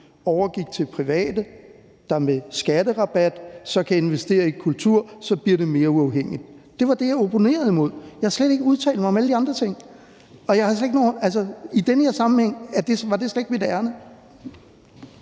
overgik til private, der med en skatterabat kan investere i kultur, bliver mere uafhængigt. Det var det, jeg opponerede imod. Jeg har slet ikke udtalt mig om alle de andre ting. I den sammenhæng var det slet ikke mit ærinde.